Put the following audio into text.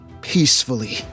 peacefully